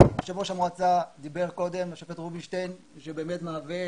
יושב ראש המועצה השופט רובינשטיין באמת מהווה